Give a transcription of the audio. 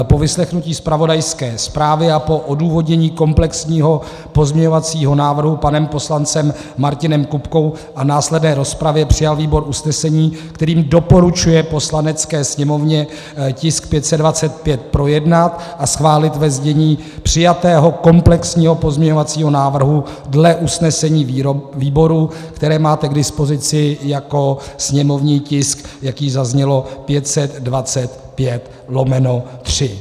Po vyslechnutí zpravodajské zprávy a po odůvodnění komplexního pozměňovacího návrhu panem poslancem Martinem Kupkou a následné rozpravě přijal výbor usnesení, kterým doporučuje Poslanecké sněmovně tisk 525 projednat a schválit ve znění přijatého komplexního pozměňovacího návrhu dle usnesení výboru, které máte k dispozici jako sněmovní tisk, jak již zaznělo 525/3.